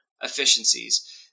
efficiencies